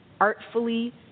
artfully